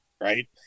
right